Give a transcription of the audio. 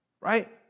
right